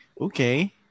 okay